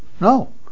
No